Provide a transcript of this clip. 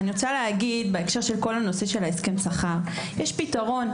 אבל בהקשר לנושא הסכם השכר - יש פתרון.